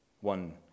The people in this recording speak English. one